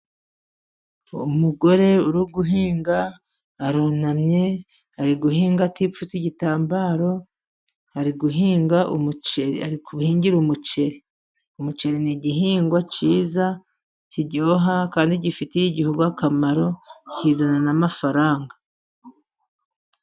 Umugore uri guhinga arunamye, ari guhinga atipfutse igitambaro, ari guhingire umuceri. Umuceri ni igihingwa cyiza kiryoha, kandi gifitiye igihugu akamaro, kizana n'amafaranga.